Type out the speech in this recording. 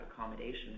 accommodation